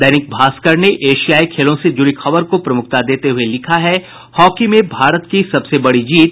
दैनिक भास्कर ने एशियाई खेलों से जुड़ी खबर को प्रमुखता देते हुये लिखा है हॉकी में भारत की सबसे बड़ी जीत